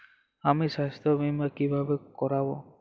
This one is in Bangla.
আমি স্বাস্থ্য বিমা কিভাবে করাব?